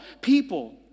people